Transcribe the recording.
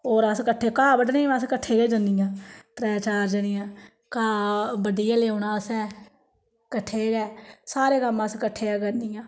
और अस्स कट्ठे घाह् बड्ढने गी अस्स कट्ठे के जन्नियां त्रै चार जनियां घाह् बड्ढियै लेआना असें कट्ठे गै सारे कम्म असें कट्ठे के करनियां